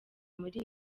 muri